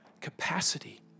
capacity